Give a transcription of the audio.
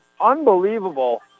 unbelievable